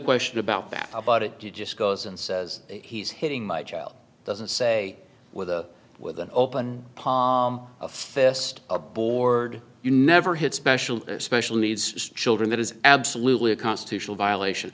question about that about it just goes and says he's hitting my child doesn't say with a with an open fest a board you never hit special special needs children that is absolutely a constitutional violation